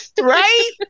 Right